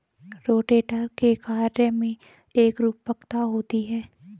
rotator के कार्य में एकरूपता होती है